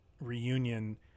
reunion